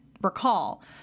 recall